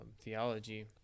theology